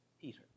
Peter